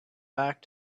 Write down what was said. back